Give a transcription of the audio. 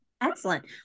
Excellent